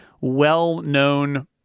well-known